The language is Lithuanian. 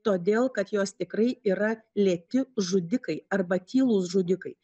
todėl kad jos tikrai yra lėti žudikai arba tylūs žudikai